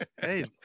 hey